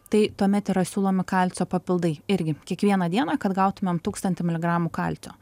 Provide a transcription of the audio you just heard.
tai tuomet yra siūlomi kalcio papildai irgi kiekvieną dieną kad gautumėm tūkstantį miligramų kalcio